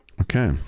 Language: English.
Okay